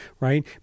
Right